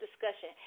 discussion